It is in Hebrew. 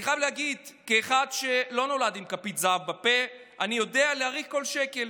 אני חייב להגיד שכאחד שלא נולד עם כפית זהב בפה אני יודע להעריך כל שקל,